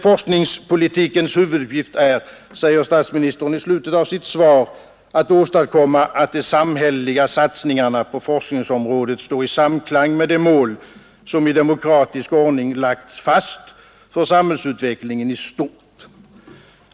Forskningspolitikens huvuduppgift är, säger statsministern i slutet av svaret, att ”åstadkomma att de samhälleliga satsningarna på forskningsområdet står i samklang med de mål som i demokratisk ordning lagts fast för samhällsutvecklingen i stort.